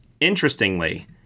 interestingly